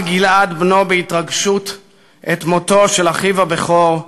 גלעד בנו בהתרגשות את מותו של אחיו הבכור,